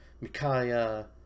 Micaiah